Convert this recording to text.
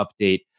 update